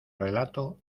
relato